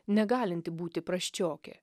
negalinti būti prasčiokė